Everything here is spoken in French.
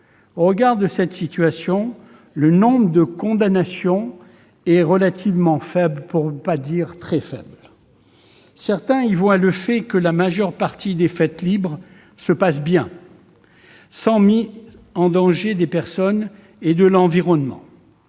Au regard de cette situation, le nombre des condamnations est relativement faible, pour ne pas dire très faible ... Certains l'expliquent par le fait que la majeure partie des fêtes libres se passent bien, sans mise en danger des personnes et de l'environnement.